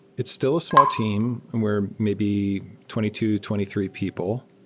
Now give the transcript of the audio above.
it's still a small team. we're maybe twenty two, twenty three people.